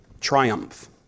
Triumph